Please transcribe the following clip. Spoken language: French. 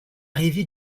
rêvé